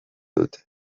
dute